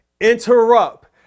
interrupt